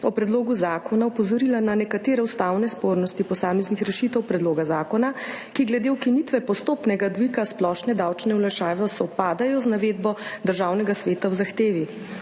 o predlogu zakona opozorila na nekatere ustavne spornosti posameznih rešitev predloga zakona, ki glede ukinitve postopnega dviga splošne davčne olajšave sovpadajo z navedbo Državnega sveta v zahtevi.